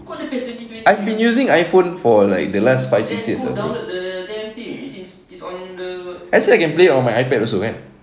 I've been using iphone for like the last five six years ah actually I can play on my iPad also kan